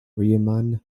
riemann